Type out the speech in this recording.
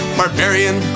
barbarian